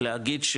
להגיד,